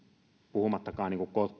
puhumattakaan